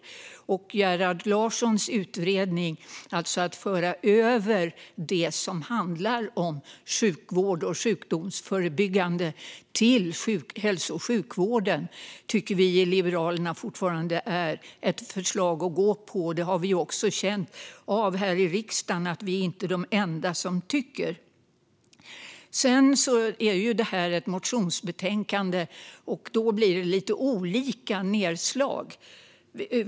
Förslaget i Gerhard Larssons utredning att föra över det som handlar om sjukvård och sjukdomsförebyggande till hälso och sjukvården tycker vi i Liberalerna fortfarande är ett förslag att gå på. Det har vi också känt här i riksdagen att vi inte är de enda som tycker. Det här är ju ett motionsbetänkande, och då blir det lite olika nedslag.